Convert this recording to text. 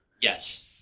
Yes